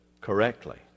correctly